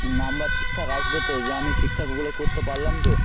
নম্বর ঠিকঠাক আসবে তো যে আমি ঠিকঠাক ওগুলো করতে পারলাম তো